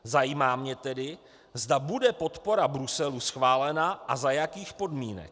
Zajímá mě tedy, zda bude podpora Bruselu schválena a za jakých podmínek.